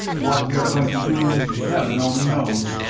what we are going to do heaven only knows.